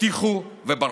הבטיחו וברחו.